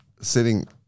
sitting